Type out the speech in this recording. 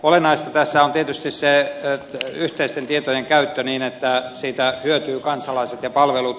olennaista tässä on tietysti se yhteisten tietojen käyttö niin että siitä hyötyvät kansalaiset ja palvelut